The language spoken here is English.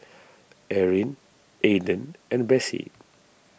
Eryn Ayden and Bessie